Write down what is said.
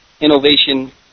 innovation